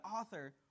author